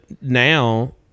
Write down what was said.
now